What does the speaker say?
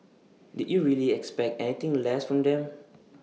did you really expect anything less from them